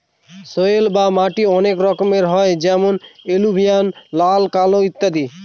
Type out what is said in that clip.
soil বা মাটি অনেক রকমের হয় যেমন এলুভিয়াল, লাল, কালো ইত্যাদি